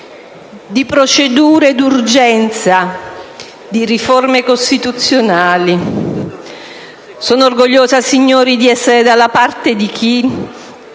di procedure d'urgenza, di riforme costituzionali. Sono orgogliosa, signori, di essere dalla parte di chi